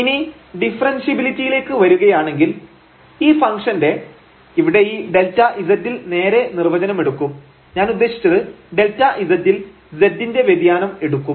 ഇനി ഡിഫറെൻഷ്യബിലിറ്റിയിലേക്ക് വരുകയാണെങ്കിൽ ഈ ഫംഗ്ഷന്റെ ഇവിടെ ഈ Δz ൽ നേരെ നിർവചനമെടുക്കും ഞാൻ ഉദ്ദേശിച്ചത് Δz ൽ z ൻറെ വ്യതിയാനം എടുക്കും